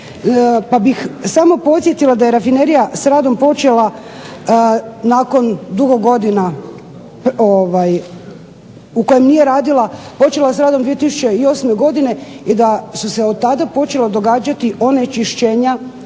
Pa bih samo podsjetila da je rafinerija s radom počela nakon dugo godina, u kojem nije radila, počela s radom 2008. godine i da su se od tada počele događati onečišćenja